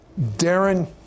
Darren